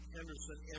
Henderson